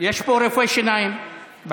יש פה רופא שיניים בכנסת.